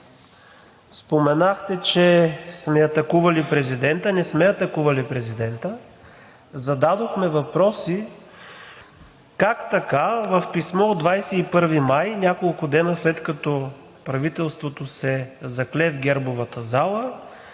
споменахте, че сме атакували президента. Не сме атакували президента. Зададохме въпроси: как така в писмо от 21 май – няколко дни след като правителството се закле в Гербовата зала,